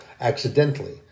accidentally